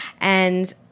and-